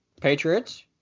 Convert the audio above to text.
Patriots